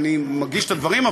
אני מגיש את הדברים,